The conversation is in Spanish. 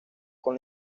con